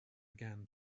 began